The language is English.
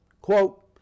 Quote